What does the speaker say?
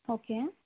okay